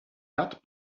that